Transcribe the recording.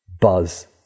buzz